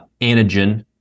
antigen